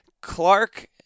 Clark